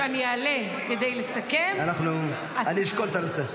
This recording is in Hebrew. שאני אעלה כדי לסכם --- אני אשקול את הנושא.